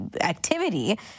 activity